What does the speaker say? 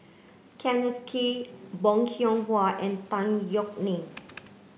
Kenneth Kee Bong Hiong Hwa and Tan Yeok Nee